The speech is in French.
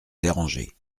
déranger